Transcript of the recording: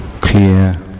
clear